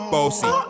Bossy